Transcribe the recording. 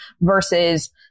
versus